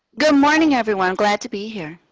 good morning everyone. glad to be here.